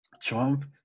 Trump